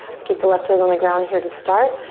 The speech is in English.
let's keep the left toes on the ground here to start.